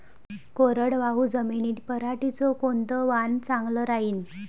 कोरडवाहू जमीनीत पऱ्हाटीचं कोनतं वान चांगलं रायीन?